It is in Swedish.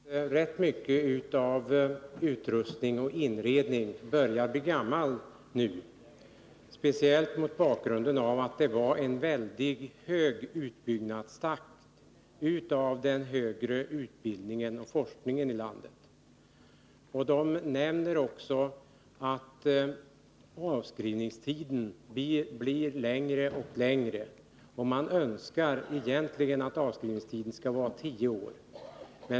Herr talman! UHÄ framhåller att rätt mycket av utrustning och inredning nu börjar bli gammal, speciellt mot bakgrunden av att det varit en väldigt hög utbyggnadstakt av den högre utbildningen och forskningen i landet. UHÄ nämner också att avskrivningstiden blivit längre och längre. Man önskar egentligen att avskrivningstiden skall vara tio år.